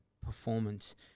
performance